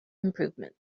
improvement